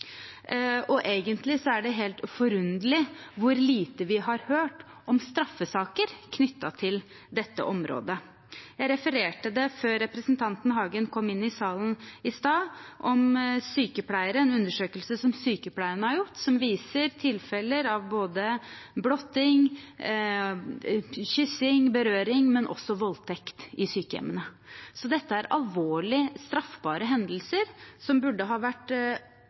Egentlig er det helt forunderlig hvor lite vi har hørt om straffesaker knyttet til dette området. Jeg refererte før representanten Hagen kom inn i salen i stad til en undersøkelse som Norsk Sykepleierforbund har gjort blant sykepleiere, som viser tilfeller av både blotting, kyssing, berøring og også voldtekt i sykehjemmene. Dette er alvorlige, straffbare hendelser som burde vært